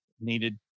needed